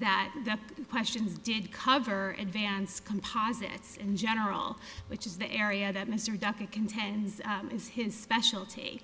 that the questions did cover advance composites in general which is the area that mr duffy contends is his specialty